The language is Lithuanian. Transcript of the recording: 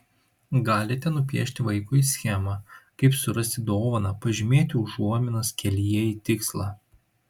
galite nupiešti vaikui schemą kaip surasti dovaną pažymėti užuominas kelyje į tikslą